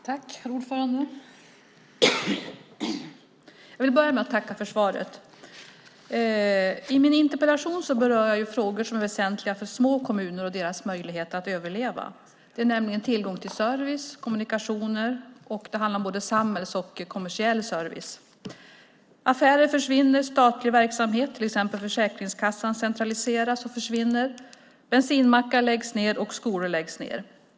Herr talman! Jag vill börja med att tacka för svaret. I min interpellation berör jag frågor som är väsentliga för små kommuner och deras möjlighet att överleva, nämligen tillgång till service, kommunikationer, samhällsservice och kommersiell service. Affärer försvinner. Statlig verksamhet, till exempel Försäkringskassan, centraliseras och försvinner. Bensinmackar läggs ned. Skolor läggs ned.